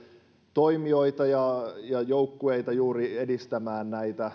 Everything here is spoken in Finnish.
liikunta ja nuorisotoimijoita ja joukkueita juuri edistämään